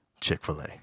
Chick-fil-A